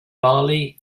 bali